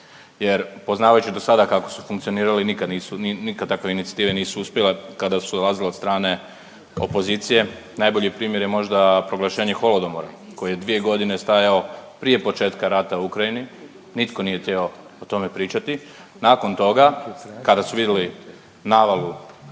jer poznavajući do sada kako su funkcionirali nikad takve inicijative nisu uspjele kada su dolazile od strane opozicije, najbolji primjer je možda proglašenje Holodomora koji je dvije godine stajao prije početka rata u Ukrajini nitko nije htio o tome pričati. Nakon toga kada su vidjeli navalu